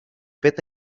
fet